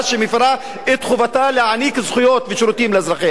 שמפירה את חובתה להעניק זכויות ושירותים לאזרחיה.